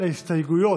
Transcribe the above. היבה יזבק,